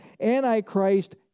Antichrist